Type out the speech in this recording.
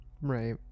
Right